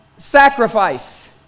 sacrifice